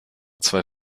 zwei